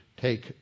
take